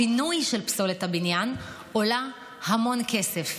הפינוי של פסולת הבניין עולה המון כסף.